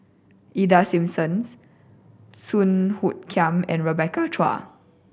Ida Simmons Song Hoot Kiam and Rebecca Chua